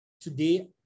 today